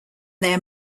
their